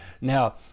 Now